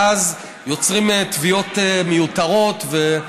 ואז יוצרים תביעות מיותרות,